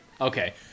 Okay